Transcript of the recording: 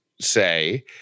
say